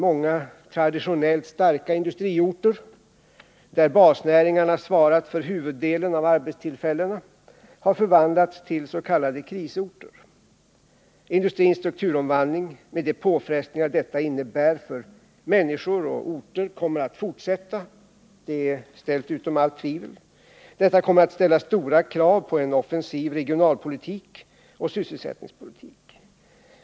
Många traditionellt starka industriorter, där basnäringarna svarat för huvuddelen av arbetstillfällena, har förvandlats till s.k. krisorter. Industrins strukturomvandling med de påfrestningar denna innebär för människor och orter kommer att fortsätta. Det är ställt utom allt tvivel. Detta kommer att ställa stora krav på en offensiv regionalpolitik och sysselsättningspolitik.